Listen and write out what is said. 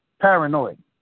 Paranoid